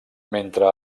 mentre